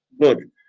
good